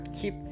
keep